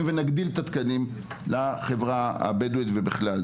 ונגדיל את התקנים לחברה הבדואית ובכלל.